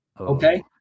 Okay